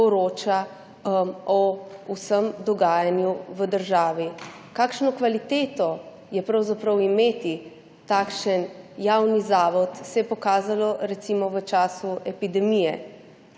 poroča o vsem dogajanju v državi. Kakšna kvaliteta je pravzaprav imeti takšen javni zavod, se je pokazalo recimo v času epidemije,